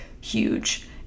huge